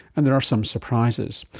and there are some surprises.